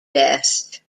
best